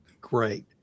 great